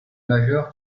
majeurs